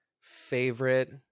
favorite